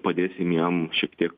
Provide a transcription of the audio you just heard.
padėsim jam šiek tiek